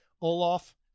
Olaf